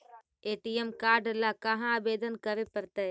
ATM card ल कहा आवेदन करे पड़तै?